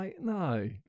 no